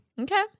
Okay